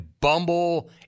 Bumble